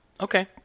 okay